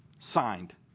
signed